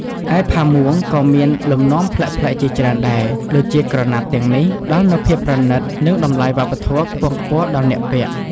ឯផាមួងក៏មានលំនាំប្លែកៗជាច្រើនដែរ ដូចជាក្រណាត់ទាំងនេះផ្តល់នូវភាពប្រណិត និងតម្លៃវប្បធម៌ខ្ពងខ្ពស់ដល់អ្នកពាក់ ។